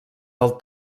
del